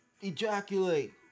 ejaculate